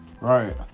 Right